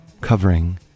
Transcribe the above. covering